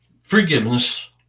Forgiveness